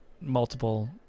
multiple